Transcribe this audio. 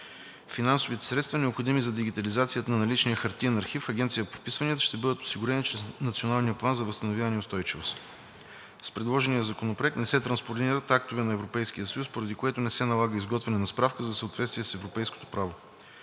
Финансовите средства, необходими за дигитализацията на наличния хартиен архив в Агенцията по вписванията, ще бъдат осигурени чрез Националния план за възстановяване и устойчивост на Република България. С предложения законопроект не се транспонират актове на Европейския съюз, поради което не се налага изготвяне на справка за съответствие с европейското право.